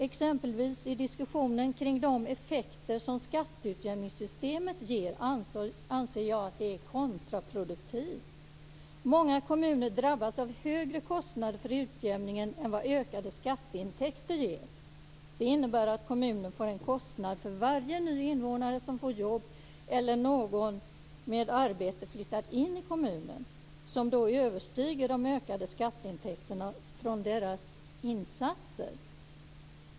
Exempelvis i diskussionen om de effekter som skatteutjämningssystemet ger anser jag att det är kontraproduktivt. Många kommuner drabbas av högre kostnader för utjämningen än vad ökade skatteintäkter ger. Det innebär att kommunen får en kostnad för varje ny invånare som får jobb eller för varje invånare med arbete som flyttar in i kommunen som överstiger de ökade skatteintäkterna från deras insatser.